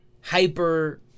hyper